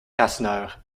rasseneur